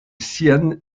sienne